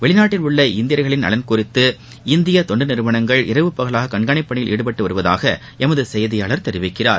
வெளிநாட்டில் உள்ள இந்தியர்களின் நலன் குறித்து இந்திய தொண்டு நிறுவனங்கள் இரவு பகலாக கண்காணிப்பு பணியில் ஈடுபட்டுவருவதாக எமது செய்தியாளர் தெரிவிக்கிறார்